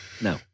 No